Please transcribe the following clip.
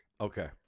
okay